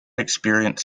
experience